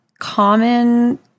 common